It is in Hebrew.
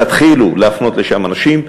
תתחילו להפנות לשם אנשים.